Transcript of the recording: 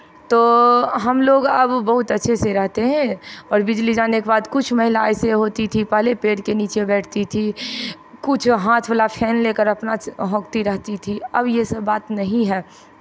तो हम लोग अब बहुत अच्छे से रहते है और बिजली जाने के बाद कुछ महिला ऐसे होती थी पहले पेड़ के नीचे बैठती थी कुछ हाथ वाला फ़ैन लेकर अपना हौंकती रहती थी अब ये सब बात नहीं है